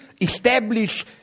establish